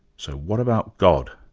so what about god?